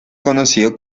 conocido